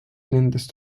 nendest